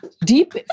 Deep